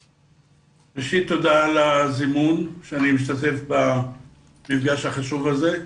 ראשית, תודה על הזימון להשתתף במפגש החשוב הזה.